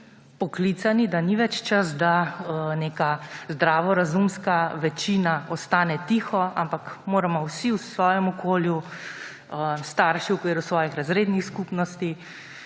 poklicani, da ni več čas, da neka zdravorazumska večina ostane tiho, ampak moramo vsi v svojem okolju, starši v okviru svojih razrednih skupnosti,